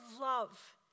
love